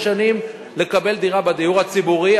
11 שנים לקבל דירה בדיור הציבורי.